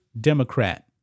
Democrat